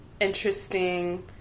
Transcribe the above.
interesting